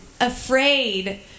afraid